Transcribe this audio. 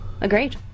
agreed